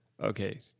Okay